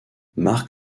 mark